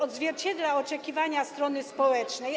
Odzwierciedla ona oczekiwania strony społecznej.